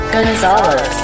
Gonzalez